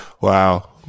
Wow